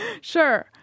Sure